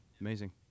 amazing